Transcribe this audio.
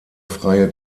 freie